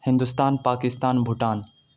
Hindustan Pakistan Bhutan